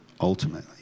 ultimately